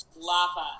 Lava